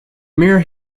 mere